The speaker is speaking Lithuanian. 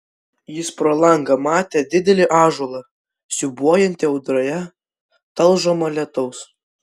jis pro langą matė didelį ąžuolą siūbuojantį audroje talžomą lietaus